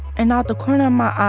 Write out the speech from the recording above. and out the corner of my eye,